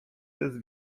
test